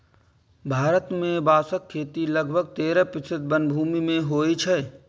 भारत मे बांसक खेती लगभग तेरह प्रतिशत वनभूमि मे होइ छै